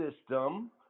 system